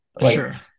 Sure